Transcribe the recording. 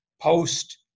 post